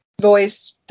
voice